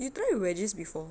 you try wedges before